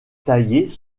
taillées